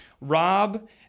Rob